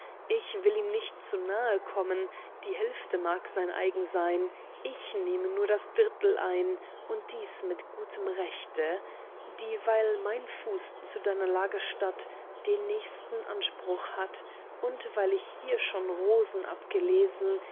ich will ihm nicht zu nahe kommen die hälfte mag sein eigen sein ich nehme nur das drittel ein und dies mit gutem rechte dieweil mein fuß zu deiner lagerstatt den nächsten anspruch hat und weil ich hier schon rosen abgelesen